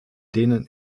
denen